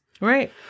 Right